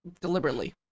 deliberately